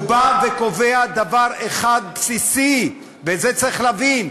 הוא בא וקובע דבר אחד בסיסי, ואת זה צריך להבין.